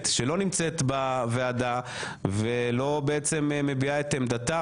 שלא נמצאת בוועדה ולא מביעה את עמדתה,